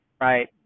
right